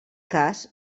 cas